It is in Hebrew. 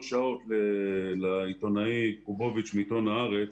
שעות לעיתונאי קובוביץ' מעיתון "הארץ".